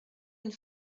une